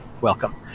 welcome